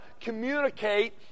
communicate